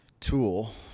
tool